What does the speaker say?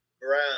Brown